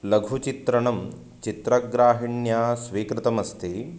लघुचित्रणं चित्रग्राहिण्या स्वीकृतमस्ति